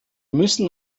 müssen